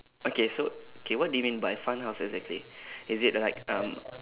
okay so okay what do you mean by fun house exactly is it like um